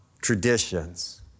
traditions